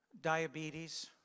diabetes